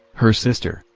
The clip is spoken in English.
her sister,